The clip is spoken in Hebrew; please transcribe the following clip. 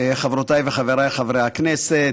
חברותיי וחבריי חברי הכנסת,